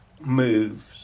moves